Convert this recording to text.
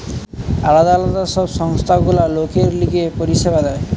আলদা আলদা সব সংস্থা গুলা লোকের লিগে পরিষেবা দেয়